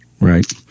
right